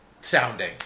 sounding